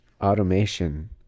automation